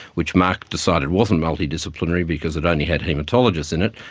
which mark decided wasn't multidisciplinary because it only had haematologists in it,